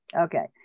Okay